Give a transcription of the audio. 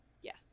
Yes